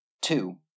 Two